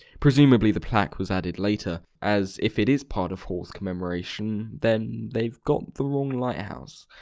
presumably the plaque was added later, as if it is part of hall's commemoration then. they've got the wrong lighthouse.